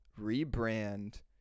Rebrand